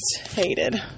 hated